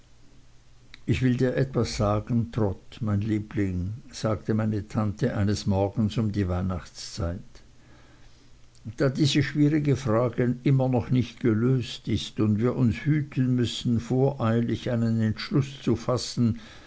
ich will dir etwas sagen trot mein liebling sagte meine tante eines morgens um die weihnachtszeit da diese schwierige frage immer noch nicht gelöst ist und wir uns hüten müssen voreilig einen entschluß zu fassen